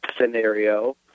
scenario